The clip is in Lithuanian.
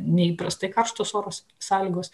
neįprastai karštos oro sąlygos